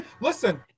listen